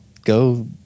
go